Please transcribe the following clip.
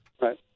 Right